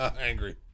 Angry